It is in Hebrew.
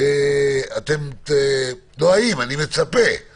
אני מצפה גם